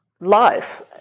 life